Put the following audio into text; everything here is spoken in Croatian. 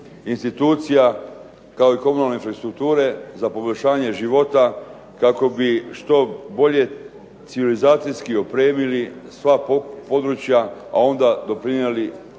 institucija kako i komunalne infrastrukture za poboljšanje života kako bi što bolje civilizacijski opremili sva područja, a onda doprinijeli